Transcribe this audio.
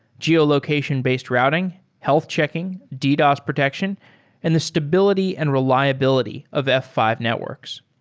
geolocation-based routing, health checking, ddos protection and the stability and reliability of f five networks.